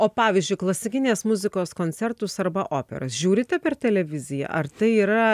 o pavyzdžiui klasikinės muzikos koncertus arba operas žiūrite per televiziją ar tai yra